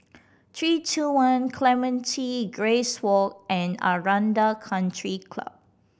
Three Two One Clementi Grace Walk and Aranda Country Club